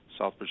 Southbridge